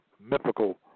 mythical